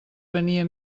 venia